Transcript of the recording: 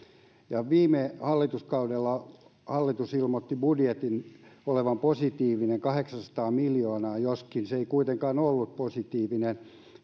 viime hallituskaudella hallitus ilmoitti budjetin olevan positiivinen kahdeksansataa miljoonaa joskaan se ei kuitenkaan ollut positiivinen